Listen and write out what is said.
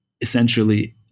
essentially